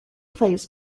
plays